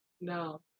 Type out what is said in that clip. No